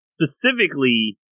specifically